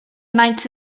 maent